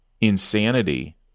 insanity